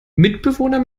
mitbewohner